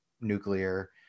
nuclear